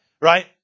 right